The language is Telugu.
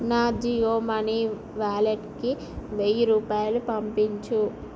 నా జియో మనీ వ్యాలెట్కి వెయ్యి రూపాయలు పంపించు